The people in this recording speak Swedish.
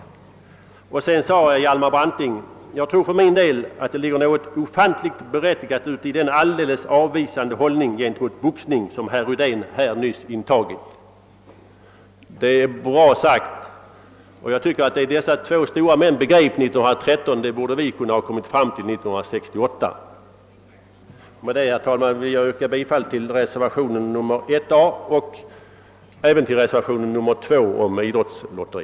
Hjalmar Branting sade vid samma tillfälle bl.a.: »Jag tror för min del, att det ligger något ofantligt berättigat uti den alldeles avvisande hållning gentemot boxning, som herr Rydén här nyss intagit.» Det är bra sagt, och jag tycker att det som dessa två stora män begrep år 1913 borde vi ha kunnat komma fram till år 1968. Med detta, herr talman, ber jag att få yrka bifall till reservationerna 1 a och 2 — den sistnämnda reservationen gäller frågan om ett riksomfattande idrottslotteri.